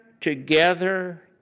together